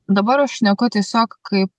dabar aš šneku tiesiog kaip